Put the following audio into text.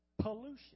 pollution